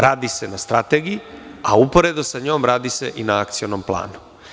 Radi se na strategiji, a uporedo s njom, radi se i na akcionom planu.